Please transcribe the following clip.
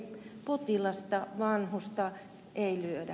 potilasta vanhusta ei lyödä